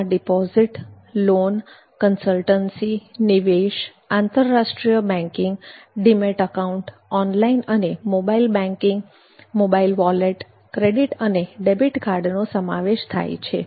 તેમાં deposit loan consultancy નિવેશ આંતરરાષ્ટ્રીય બેન્કિંગ ડિમેટ એકાઉન્ટ ઓનલાઈન અને mobile banking mobile wallet credit અને ડેબિટ કાર્ડનો સમાવેશ થાય છે